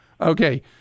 Okay